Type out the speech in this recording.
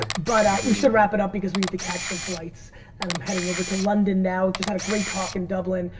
ah but we should wrap it up because we need to catch some flights and i'm heading over to london now. just had a great talk in dublin,